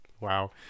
Wow